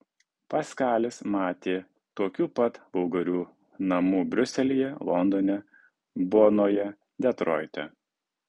paskalis matė tokių pat vulgarių namų briuselyje londone bonoje detroite